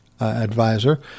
advisor